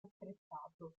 attrezzato